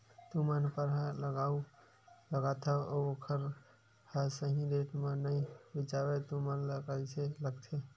तू मन परहा लगाथव अउ ओखर हा सही रेट मा नई बेचवाए तू मन ला कइसे लगथे?